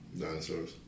Dinosaurs